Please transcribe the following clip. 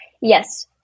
Yes